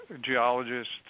geologist